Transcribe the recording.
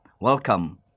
Welcome